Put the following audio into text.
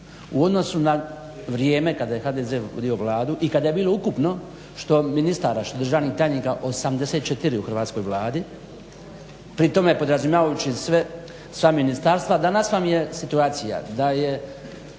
u odnosu na vrijeme kada je HDZ vodio Vladu i kada je bilo ukupno što ministara, što državnih tajnika 84 u Hrvatskoj vladi pri tome podrazumijevajući sva ministarstva, danas vam je situacija da je